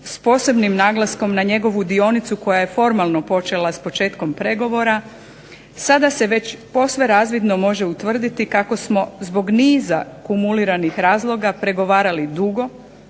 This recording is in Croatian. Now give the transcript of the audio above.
sa posebnim naglaskom na njegovu dionicu koja je formalno počela sa početkom pregovora sada se već posve razvidno može utvrditi kako smo zbog niza kumuliranih razloga pregovarali dugo